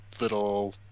little